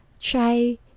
Try